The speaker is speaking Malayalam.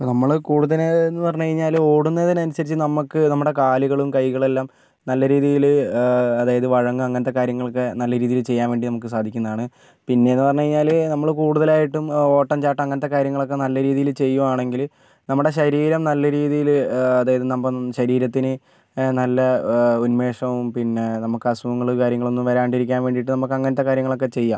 ഇപ്പം നമ്മൾ കൂടുതൽ എന്ന് പറഞ്ഞ് കഴിഞ്ഞാൽ ഓടുന്നതിനനുസരിച്ച് നമുക്ക് നമ്മുടെ കാലുകളും കൈകളെല്ലാം നല്ല രീതിയിൽ അതായത് വഴങ്ങുക അങ്ങനത്തെ കാര്യങ്ങളൊക്കെ നല്ല രീതിയിൽ ചെയ്യാൻ വേണ്ടി നമുക്ക് സാധിക്കുന്നതാണ് പിന്നെയെന്ന് പറഞ്ഞ് കഴിഞ്ഞാൽ നമ്മൾ കൂടുതലായിട്ടും ഓട്ടം ചാട്ടം അങ്ങനത്തെ കാര്യങ്ങളൊക്കെ നല്ല രീതീല് ചെയ്യുകയാണെങ്കിൽ നമ്മുടെ ശരീരം നല്ല രീതിയിൽ അതായത് നമ്മുടെ ശരീരത്തിന് നല്ല ഉന്മേഷവും പിന്നെ നമുക്ക് അസുഖങ്ങൾ കാര്യങ്ങളൊന്നും വരാണ്ടിരിക്കാൻ വേണ്ടിയിട്ട് നമുക്ക് അങ്ങനത്തെ കാര്യങ്ങളൊക്കെ ചെയ്യാം